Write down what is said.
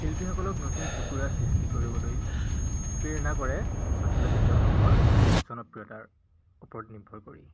শিল্পীসকলক নতুন টুকুৰা সৃষ্টি কৰিবলৈ প্ৰেৰণা কৰে আচলতে তেওঁলোকৰ জনপ্ৰিয়তাৰ ওপৰত নিৰ্ভৰ কৰি